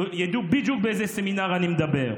ידעו בדיוק על איזה סמינר אני מדבר.